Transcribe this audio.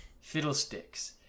Fiddlesticks